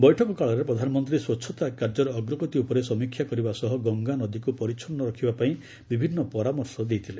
ବୈଠକ କାଳରେ ପ୍ରଧାନମନ୍ତ୍ରୀ ସ୍ୱଚ୍ଚତା କାର୍ଯ୍ୟର ଅଗ୍ରଗତି ଉପରେ ସମୀକ୍ଷା କରିବା ସହ ଗଙ୍ଗାନଦୀକୁ ପରିଚ୍ଛନ୍ନ ରଖିବା ପାଇଁ ବିଭିନ୍ନ ପରାମର୍ଶ ଦେଇଥିଲେ